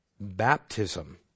baptism